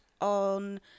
on